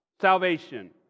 salvation